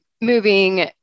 moving